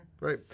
Right